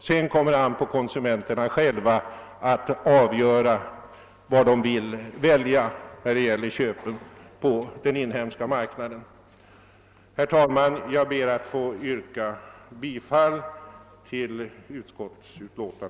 Sedan kommer det an på konsumenterna själva att avgöra vilka produkter de skall köpa på den svenska marknaden. Herr talman! Jag ber att få yrka bifall till utskottets hemställan.